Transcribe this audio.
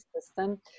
system